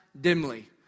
dimly